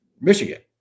Michigan